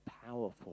powerful